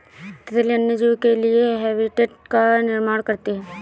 तितली अन्य जीव के लिए हैबिटेट का निर्माण करती है